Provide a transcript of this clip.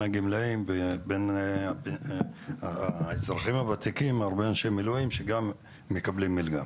הגמלאים ובין האזרחים הוותיקים הרבה מאוד אנשי מילואים שגם מקבלים מלגה.